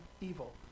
evil